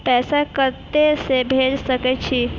पैसा कते से भेज सके छिए?